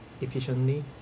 efficiently